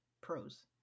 pros